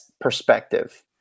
perspective